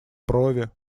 брови